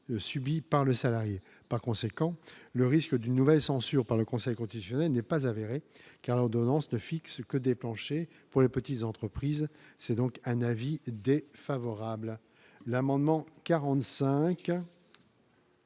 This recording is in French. subi par le salarié, par conséquent le risque d'une nouvelle censure par le Conseil constitutionnel n'est pas avéré car l'ordonnance de fixe que des planchers pour les petites entreprises, c'est donc un avis d'favorable à l'amendement 45.